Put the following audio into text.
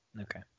okay